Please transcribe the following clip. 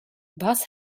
was